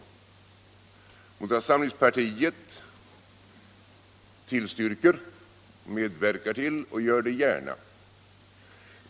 Här föreslås en kraftig utbyggnad av den kommunala barnomsorgen under nästa budgetår. Moderata samlingspartiet tillstyrker den, medverkar till den — och gör det gärna.